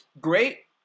great